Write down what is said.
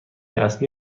اصلی